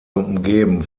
umgeben